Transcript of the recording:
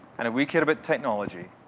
and if we care about technology,